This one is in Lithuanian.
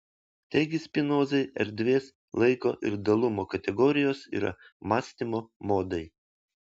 taigi spinozai erdvės laiko ir dalumo kategorijos yra mąstymo modai